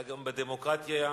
בדמוקרטיה,